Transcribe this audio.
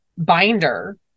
binder